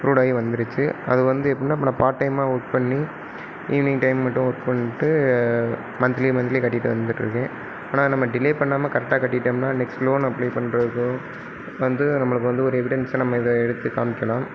approved ஆகி வந்துடுச்சு அது வந்து எப்படினா இப்போ நான் பார்ட் டைம்மாக ஒர்க் பண்ணி ஈவினிங் டைம் மட்டும் ஒர்க் பண்ணிட்டு மந்த்லி மந்த்லி கட்டிவிட்டு வந்துட்டு இருக்கேன் ஆனால் நம்ம டிலே பண்ணாமல் கரெக்ட்டாக கட்டிவிட்டோம்னா நெக்ஸ்ட் லோன் அப்ளை பண்ணுறதும் வந்து நம்மளுக்கு வந்து ஒரு எவிடென்ஸ்ஸாக நம்ம இதை எடுத்து காமிக்கலாம்